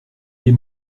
des